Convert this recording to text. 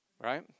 Right